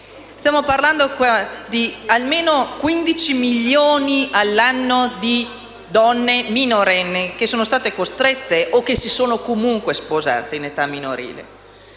Stiamo parlando di almeno 15 milioni di donne minorenni che, ogni anno, sono state costrette o si sono comunque sposate in età minorile.